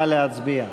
נא להצביע.